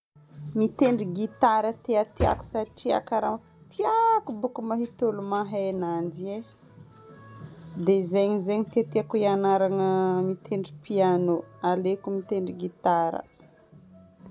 Mitendry gitara ty tiako satria karaha tiako boko mahita olo mahay ananjy i e. Dia zegny zegny tsy tiako ianarana piano. Aleoko mitendry gitara.